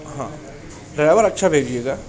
ہاں ڈرائیور اچھا بھیجیے گا